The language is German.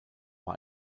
war